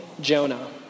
Jonah